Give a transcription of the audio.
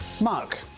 Mark